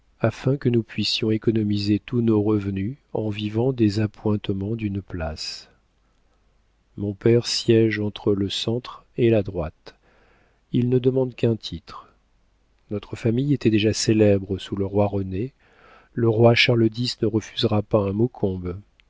afin que nous puissions économiser tous nos revenus en vivant des appointements d'une place mon père siége entre le centre et la droite il ne demande qu'un titre notre famille était déjà célèbre sous le roi rené le roi charles x ne refusera pas un maucombe